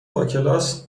باکلاس